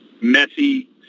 messy